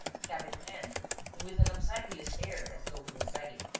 cap in hand and with an obsequious air, as though he were begging.